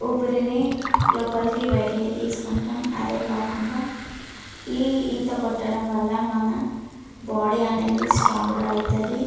ఊపిరిని లోపలికి బయటికి తీసుకుంటాం అదే కాకుండా ఈ ఈత కొట్టడం వల్ల మన బాడీ అనేది స్ట్రాంగ్ అవుతుంది